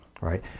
right